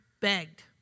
begged